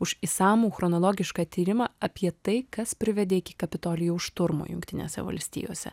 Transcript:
už išsamų chronologišką tyrimą apie tai kas privedė iki kapitolijaus šturmo jungtinėse valstijose